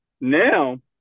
now